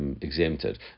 exempted